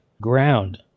ground